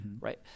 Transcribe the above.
right